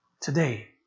today